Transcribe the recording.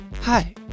Hi